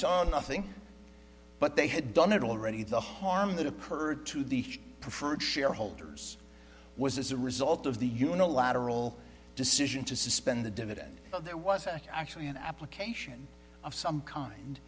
are nothing but they had done it already the harm that occurred to the preferred shareholders was as a result of the unilateral decision to suspend the dividend of there was actually an application of some kind